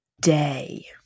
day